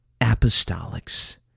apostolics